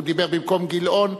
הוא דיבר במקום חבר הכנסת גילאון.